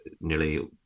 nearly